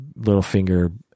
Littlefinger